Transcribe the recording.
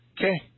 Okay